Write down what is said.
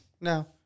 No